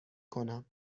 کنم